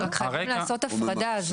רק חייבים לעשות הפרדה.